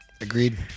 Agreed